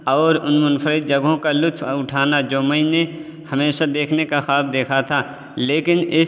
اور ان منفرد جگہوں کا لطف اٹھانا جو میں نے ہمیشہ دیکھنے کا خواب دیکھا تھا لیکن اس